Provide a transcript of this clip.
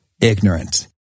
ignorant